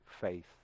faith